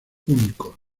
únicos